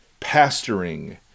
pastoring